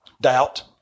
doubt